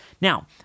Now